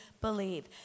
believe